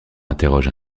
interroge